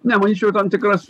ne manyčiau tam tikras